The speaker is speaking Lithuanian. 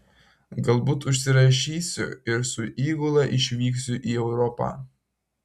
galbūt užsirašysiu ir su įgula išvyksiu į europą